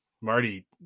Marty